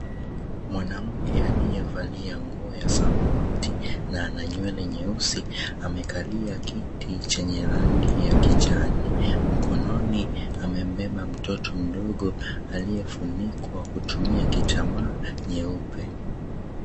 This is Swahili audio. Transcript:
Mwanamke aliyevalia nguo ya samawati na ana nywele nyeusi amekalia kiti chenye rangi ya kijani. Mkononi amembeba mtoto mdogo aliyefunikwa kutumia kitambaa nyeupe.